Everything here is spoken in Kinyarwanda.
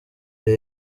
the